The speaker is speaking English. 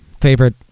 favorite